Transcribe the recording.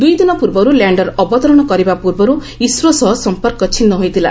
ଦୁଇଦିନ ପୂର୍ବରୁ ଲ୍ୟାଣ୍ଡର୍ ଅବତରଣ କରିବା ପୂର୍ବରୁ ଇସ୍ରୋ ସହ ସମ୍ପର୍କ ଛିନ୍ନ ହୋଇଥିଲା